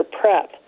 prep